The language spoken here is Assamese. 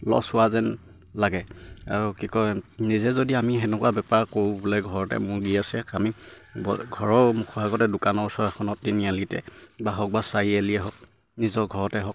লছ হোৱা যেন লাগে আৰু কি কয় নিজে যদি আমি সেনেকুৱা বেপাৰ কৰোঁ বোলে ঘৰতে মুৰ্গি আছে আমি ঘৰৰ মুখৰ আগতে দোকানৰ ওচৰখনত তিনিআলিতে বা হওক বা চাৰিআলিয়ে হওক নিজৰ ঘৰতে হওক